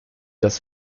das